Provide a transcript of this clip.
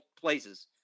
places